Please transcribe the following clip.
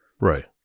Right